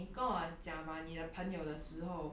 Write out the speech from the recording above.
eh anyway 刚才 hor um